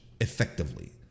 effectively